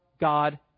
God